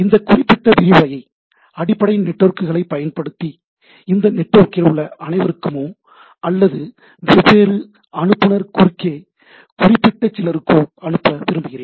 இந்த குறிப்பிட்ட விரிவுரையை அடிப்படை நெட்வொர்க்குகளைப் பயன்படுத்தி இந்த நெட்வொர்க்கில் உள்ள அனைவருக்குமோ அல்லது வெவ்வேறு அனுப்புநர் குறுக்கே குறிப்பிட்ட சிலருக்கோ அனுப்ப விரும்புகிறேன்